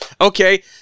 Okay